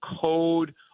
code